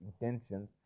intentions